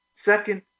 Second